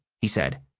he said.